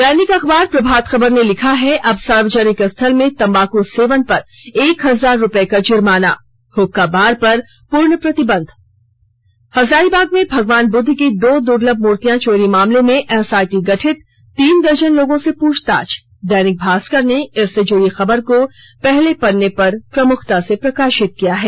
दैनिक अखबार प्रभात खबर ने लिखा है अब सार्वजनिक स्थल में तंबाक सेवन पर एक हजार रुपये का जुर्माना हुक्का बार पर पूर्ण प्रतिबंध हजारीबाग में भगवान बुद्ध की दो दुलर्भ मूर्तियां चोरी मामले में एसआईटी गठित तीन दर्जन लोगों से पूछताछ दैनिक भास्कर ने इससे जुड़ी खबर को पहले पन्ने पर प्रमुखता से प्रकाशित किया है